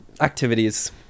Activities